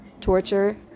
Torture